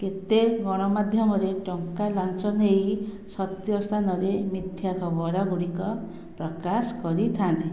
କେତେ ଗଣମାଧ୍ୟମରେ ଟଙ୍କା ଲାଞ୍ଚ ନେଇ ସତ୍ୟ ସ୍ଥାନରେ ମିଥ୍ୟା ଖବରଗୁଡ଼ିକ ପ୍ରକାଶ କରିଥାନ୍ତି